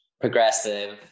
progressive